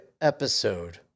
episode